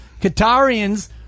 Qatarians